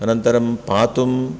अनन्तरं पातुम्